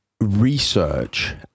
research